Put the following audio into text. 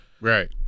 right